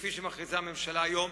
כפי שמכריזה הממשלה היום,